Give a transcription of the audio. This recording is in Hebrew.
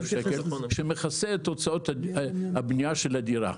שקל שמכסה את הוצאות הבנייה של הדירה.